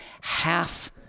half